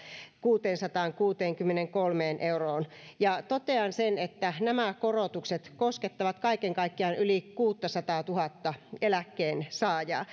kuuteensataankuuteenkymmeneenkolmeen euroon totean sen että nämä korotukset koskettavat kaiken kaikkiaan yli kuuttasataatuhatta eläkkeensaajaa